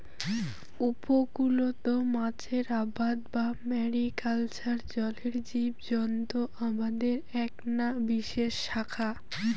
উপকূলত মাছের আবাদ বা ম্যারিকালচার জলের জীবজন্ত আবাদের এ্যাকনা বিশেষ শাখা